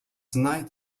knight